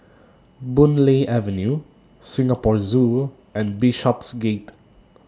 Boon Lay Avenue Singapore Zoo and Bishopsgate